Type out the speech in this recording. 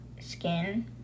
skin